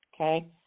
Okay